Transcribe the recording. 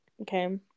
okay